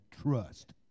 trust